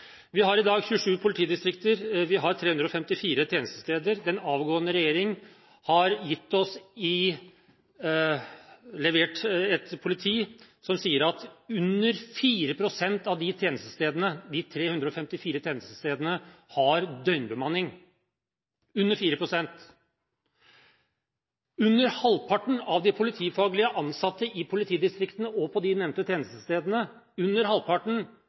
Vi har i dag 27 politidistrikter, og vi har 354 tjenestesteder. Den avgåtte regjering har overlevert et politi som sier at under 4 pst. av de 354 tjenestestedene har døgnbemanning – under 4 pst. Under halvparten av de politifaglig ansatte i politidistriktene og på de nevnte tjenestestedene – under halvparten